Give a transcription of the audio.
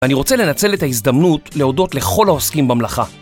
אני רוצה לנצל את ההזדמנות להודות לכל העוסקים במלאכה.